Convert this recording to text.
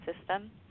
system